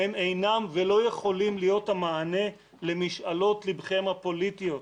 הם אינם ולא יכולים להיות המענה למשאלות ליבכם הפוליטיות,